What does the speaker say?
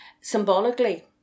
symbolically